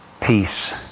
peace